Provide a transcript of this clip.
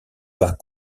pas